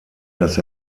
dass